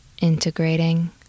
integrating